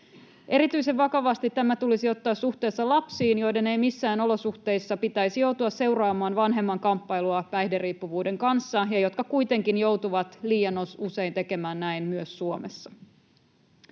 Erityisen vakavasti tämä tulisi ottaa suhteessa lapsiin, joiden ei missään olosuhteissa pitäisi joutua seuraamaan vanhemman kamppailua päihderiippuvuuden kanssa ja jotka kuitenkin joutuvat liian usein tekemään näin myös Suomessa.